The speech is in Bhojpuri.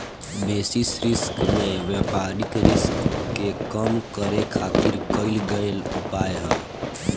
बेसिस रिस्क में व्यापारिक रिस्क के कम करे खातिर कईल गयेल उपाय ह